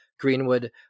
Greenwood